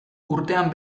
urtean